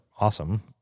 awesome